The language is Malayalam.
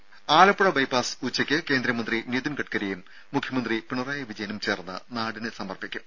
ദേദ ആലപ്പുഴ ബൈപാസ് ഉച്ചയ്ക്ക് കേന്ദ്രമന്ത്രി നിതിൻ ഗഡ്കരിയും മുഖ്യമന്ത്രി പിണറായി വിജയനും ചേർന്ന് നാടിന് സമർപ്പിക്കും